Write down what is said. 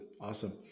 awesome